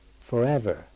forever